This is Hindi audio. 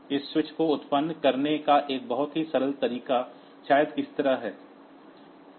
इस स्विच को उत्पन्न करने का एक बहुत ही सरल तरीका शायद इस तरह है